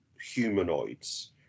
humanoids